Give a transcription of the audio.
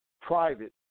private